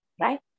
Right